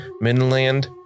midland